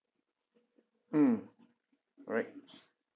mm alright